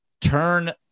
turn